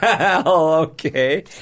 okay